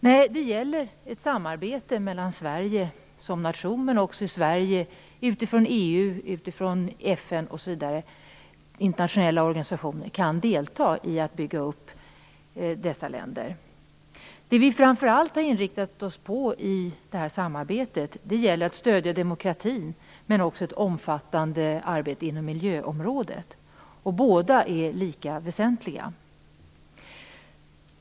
Nej, det gäller ett samarbete där Sverige som nation men också genom EU, FN och andra internationella organisationer kan delta i uppbyggnaden av länderna i fråga. Det som vi framför allt har inriktat oss på i detta samarbete är stöd till demokratin men också en omfattande verksamhet inom miljöområdet. Båda komponenterna är lika väsentliga.